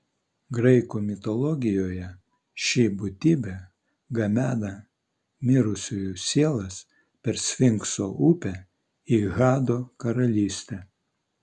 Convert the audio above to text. graikų mitologijoje ši būtybė gabena mirusiųjų sielas per sfinkso upę į hado karalystę